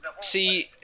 See